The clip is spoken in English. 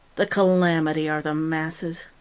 the calamity are the masses.